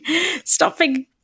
stopping